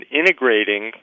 integrating